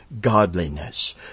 godliness